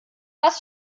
was